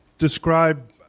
Describe